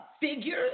figures